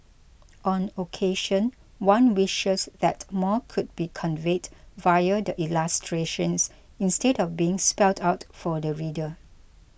on occasion one wishes that more could be conveyed via the illustrations instead of being spelt out for the reader